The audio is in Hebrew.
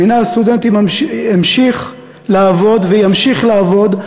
מינהל הסטודנטים המשיך לעבוד וימשיך לעבוד,